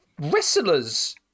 wrestlers